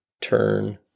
turn